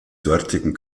dortigen